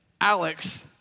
Alex